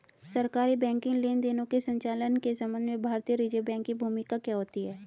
सरकारी बैंकिंग लेनदेनों के संचालन के संबंध में भारतीय रिज़र्व बैंक की भूमिका क्या होती है?